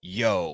yo